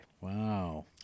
Wow